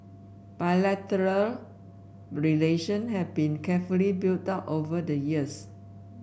bilateral relation had been carefully built up over the years